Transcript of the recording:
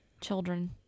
Children